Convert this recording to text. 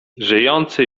żyjący